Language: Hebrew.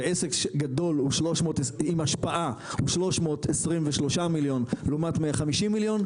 ועסק גדול עם השפעה הוא 323 מיליון לעומת 150 מיליון,